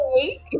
hey